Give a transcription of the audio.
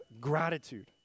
gratitude